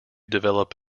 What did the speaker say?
develop